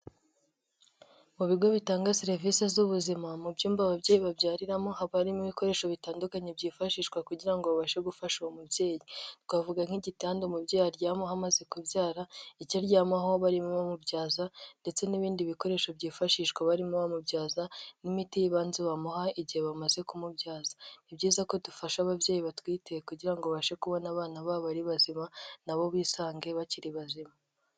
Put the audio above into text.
Mu bigo bitanga serivisi z'ubuzima, mu byumba ababyeyi babyariramo haba harimo ibikoresho bitandukanye byifashishwa kugira ngo babashe gufasha uwo mubyeyi. Twavuga nk'igitanda umubyeyi aryamaho amaze kubyara, icyo aryamaho barimo bamubyaza ndetse n'ibindi bikoresho byifashishwa barimo bamubyaza, n'imiti y'ibanze bamuha igihe bamaze kumubyaza. Ni byiza ko dufasha ababyeyi batwite kugira ngo babashe kubona abana babo ari bazima, nabo bisange bakiri bazima.